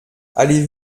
allez